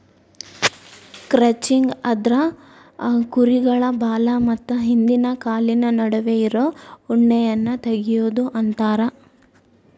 crutching ಅಂದ್ರ ಕುರುಗಳ ಬಾಲ ಮತ್ತ ಹಿಂದಿನ ಕಾಲಿನ ನಡುವೆ ಇರೋ ಉಣ್ಣೆಯನ್ನ ತಗಿಯೋದು ಅಂತಾರ